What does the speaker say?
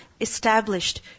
established